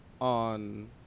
on